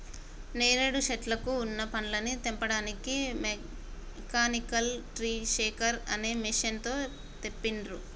నేరేడు శెట్లకు వున్న పండ్లని తెంపడానికి మెకానికల్ ట్రీ షేకర్ అనే మెషిన్ తో తెంపిండ్రు